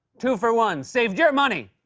two for one. saved your money!